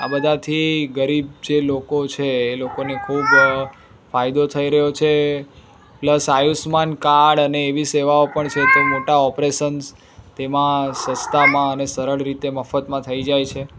આ બધાથી ગરીબ જે લોકો છે એ લોકોને ખૂબ ફાયદો થઈ રહ્યો છે પ્લસ આયુષ્યમાન કાડ અને એવી સેવાઓ પણ છે તો મોટા ઓપરેસન્સ તેમાં સસ્તામાં અને સરળ રીતે મફતમાં થઈ જાય છે